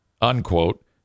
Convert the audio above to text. unquote